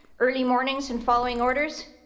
early mornings and following orders?